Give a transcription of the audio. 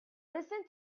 listen